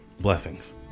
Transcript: Blessings